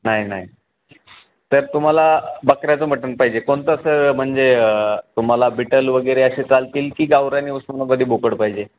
नाही नाही तर तुम्हाला बकऱ्याचं मटन पाहिजे कोणतं असं म्हणजे तुम्हाला बिटल वगैरे असे चालतील की गावरान बोकड पाहिजे